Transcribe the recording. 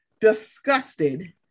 disgusted